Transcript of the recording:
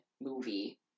movie